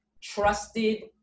trusted